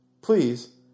Please